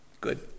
good